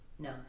No